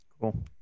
Cool